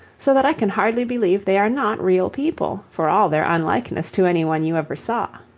so that i can hardly believe they are not real people for all their unlikeness to any one you ever saw.